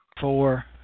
Four